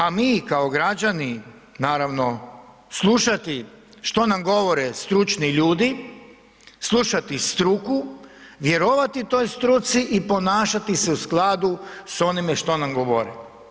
A mi kao građani naravno slušati što nam govore stručni ljudi, slušati struku, vjerovati toj struci i ponašati se u skladu s onime što nam govore.